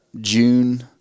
June